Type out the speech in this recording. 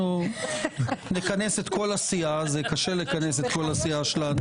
אנחנו נכנס את כל הסיעה קשה לכנס את כל הסיעה שלנו.